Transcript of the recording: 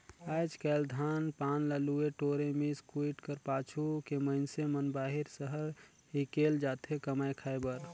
आएज काएल धान पान ल लुए टोरे, मिस कुइट कर पाछू के मइनसे मन बाहिर सहर हिकेल जाथे कमाए खाए बर